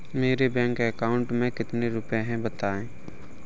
मेरे bank account में कितने रुपए हैं बताएँ?